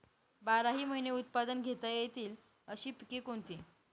बाराही महिने उत्पादन घेता येईल अशी पिके कोणती?